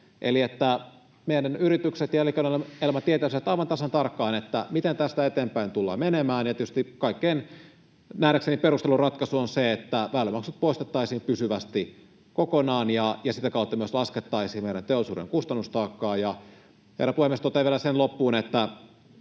että meidän yritykset ja elinkeinoelämä tietäisivät aivan tasan tarkkaan, miten tästä eteenpäin tullaan menemään. Nähdäkseni tietysti kaikkein perustelluin ratkaisu on se, että väylämaksut poistettaisiin pysyvästi kokonaan ja sitä kautta myös laskettaisiin meidän teollisuuden kustannustaakkaa. Herra puhemies! Totean vielä loppuun sen, että